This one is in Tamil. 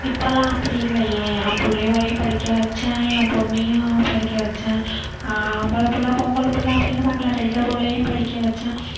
இப்போலாம் அப்படி இல்லையே ஏன் பிள்ளைவோலையும் படிக்க வச்சேன் என் பொண்ணையும் படிக்க வச்சேன் ஆம்பளப்பிள்ள பொம்பளப்பிள்ள அப்படின்னு பார்க்கல ரெண்டு பிள்ளையும் படிக்க வச்சேன்